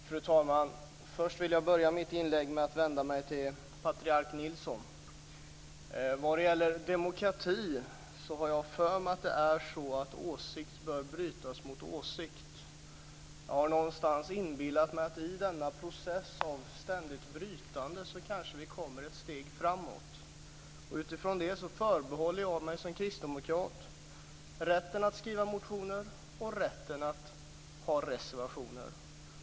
Fru talman! Jag vill börja mitt anförande med att vända mig till partiark Nilsson. Vad gäller demokrati har jag för mig att det är så att åsikt bör brytas mot åsikt. Jag har någonstans inbillat mig att vi i denna process av ständigt brytande kanske kommer ett steg framåt. Utifrån det förbehåller jag mig som kristdemokrat rätten att skriva motioner och rätten att ha reservationer.